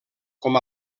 com